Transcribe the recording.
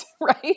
Right